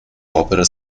opera